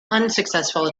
unsuccessful